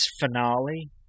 finale